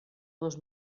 dos